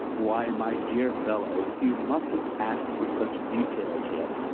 why, my dear fellow, you musn't ask for such details yet.